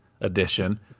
edition